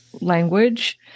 language